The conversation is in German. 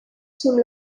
zum